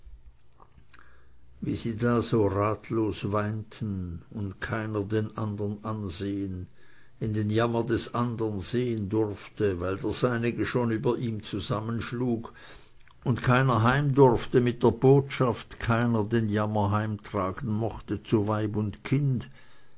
wie sie da so ratlos weinten keiner den andern ansehen in den jammer des andern sehen durfte weil der seinige schon über ihm zusammenschlug und keiner heimdurfte mit der botschaft keiner den jammer heimtragen mochte zu weib und kind